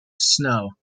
snow